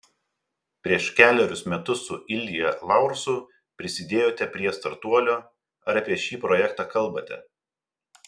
prieš kelerius metus su ilja laursu prisidėjote prie startuolio ar apie šį projektą kalbate